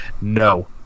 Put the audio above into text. No